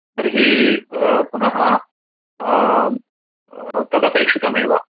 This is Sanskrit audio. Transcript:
तर्हि पुनः तदपेक्षितमेव